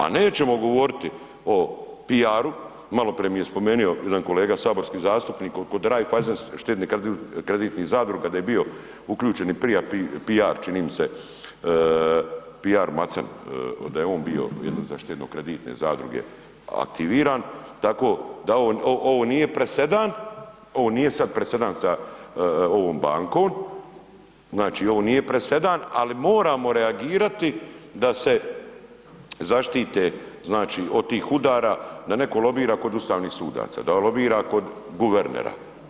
A nećemo govoriti o PR-u, maloprije mi je spomenu jedan kolega saborski zastupnik kod Raiffeisen štedno-kreditnih zadruga da je bio uključen i prije PR, PR Macan, da je on bio, ja mislim da je štedno-kreditne zadruge aktiviran, tako da ovo nije presedan, ovo nije sad presedan sa ovom bankom, znači ovo nije presedan, ali moramo reagirati da se zaštite znači od tih udara da netko lobira kod ustavnih sudaca, da lobira kod guvernera.